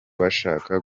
bashaka